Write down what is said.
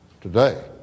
today